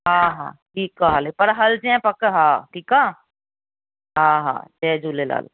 हा हा ठीकु आहे हले पर हलिजांइ पक हा ठीकु आहे हा हा जय झूलेलाल